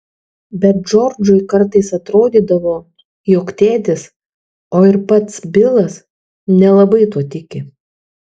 bet džordžui kartais atrodydavo jog tėtis o ir pats bilas nelabai tuo tiki